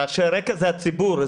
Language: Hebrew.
רעשי רקע זה הציבור.